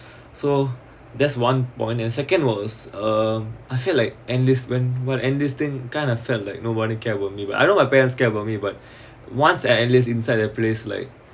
so there's one and second was um I feel like enlistment what enlisting kind of felt like nobody care about me but I know my parents care about me but once I enlist inside the place like